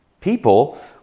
People